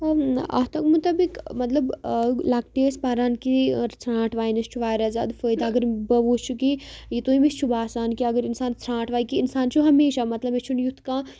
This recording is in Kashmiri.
اَتھ مُطٲبِق مطلب لۅکٹہِ ٲسۍ پَران کہِ ژھانٛٹھ واینَس چھُ واریاہ زیادٕ فٲیدٕ اگر بہٕ وُچھٕ کہِ یہِ تٔمِس چھُ باسان کہِ اگر اِنسان ژھانٛٹھ واے کہِ اِنسان چھُ ہمیشہِ مطلب یہِ چھُنہٕ یُتھ کانٛہہ